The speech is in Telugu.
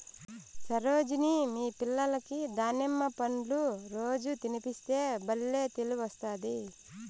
సరోజిని మీ పిల్లలకి దానిమ్మ పండ్లు రోజూ తినిపిస్తే బల్లే తెలివొస్తాది